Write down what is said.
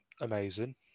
amazing